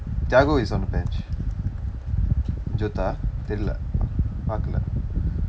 tyagu is on the bench jotha தெரியவில்லை பார்க்கல:theriyavillai paarkkala